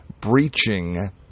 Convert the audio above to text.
breaching